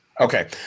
Okay